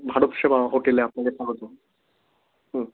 ভারত সেবা হোটেলে আপনাকে স্বাগতম হুম